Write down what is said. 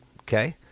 okay